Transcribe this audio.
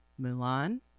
Mulan